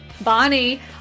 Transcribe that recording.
Bonnie